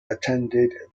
attended